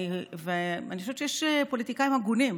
ואני חושבת שיש פוליטיקאים הגונים.